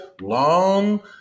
long